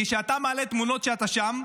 כי כשאתה מעלה תמונות כשאתה שם,